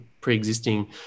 pre-existing